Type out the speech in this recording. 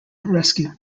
rescue